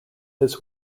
his